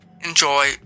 enjoy